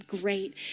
great